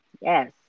Yes